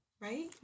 right